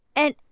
and,